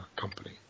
company